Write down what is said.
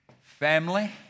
family